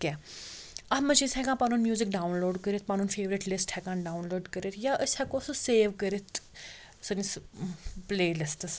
کیٚنٛہہ اَتھ منٛز چھِ أسۍ ہیٚکان پَنُن میٛوٗزِک ڈاوُن لوڈ کٔرِتھ پَنُن فیورِٹ لِسٹہٕ ہیٚکان ڈاوُن لوڈ کٔرِتھ یا أسۍ ہیٚکو سُہ سیو کٔرِتھ سٲنِس پٕلے لِسٹَس منٛز